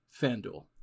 Fanduel